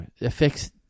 affects